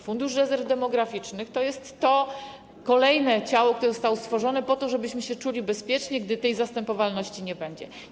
Fundusz Rezerwy Demograficznej to kolejne ciało, które zostało stworzone po to, żebyśmy się czuli bezpiecznie, gdy tej zastępowalności nie będzie.